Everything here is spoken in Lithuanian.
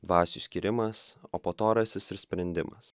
dvasių skyrimas o po to rasis ir sprendimas